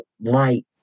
light